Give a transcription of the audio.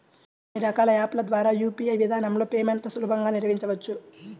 కొన్ని రకాల యాప్ ల ద్వారా యూ.పీ.ఐ విధానంలో పేమెంట్లను సులభంగా నిర్వహించవచ్చు